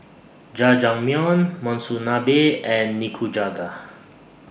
Jajangmyeon Monsunabe and Nikujaga